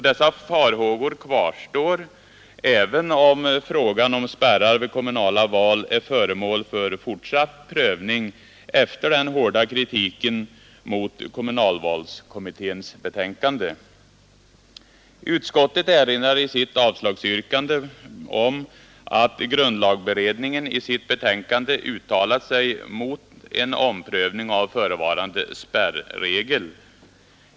Dessa farhågor kvarstår, även om frågan om spärrar vid kommunala val är föremål för fortsatt prövning efter den hårda kritiken mot kommunalvalskommitténs betänkande. Utskottet erinrar i sitt avslagsyrkande om att grundlagberedningen i sitt betänkande uttalat sig mot en omprövning av förevarande spärregel.